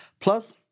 plus